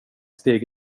steg